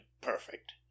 perfect